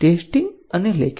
testing અને લેખિત